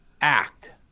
act